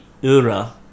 ura